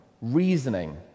reasoning